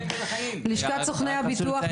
לשכת סוכני הביטוח